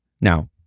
Now